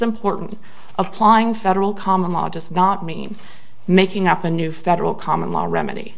important applying federal common law does not mean making up a new federal common law remedy